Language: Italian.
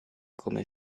come